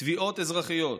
תביעות אזרחיות.